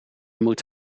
moet